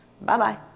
bye-bye